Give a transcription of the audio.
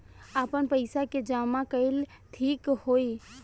आपन पईसा के जमा कईल ठीक होई?